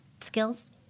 skills